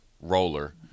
roller